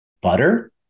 Butter